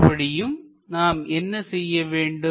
மறுபடியும் நாம் என்ன செய்ய வேண்டும்